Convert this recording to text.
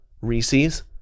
Reese's